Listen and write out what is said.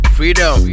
Freedom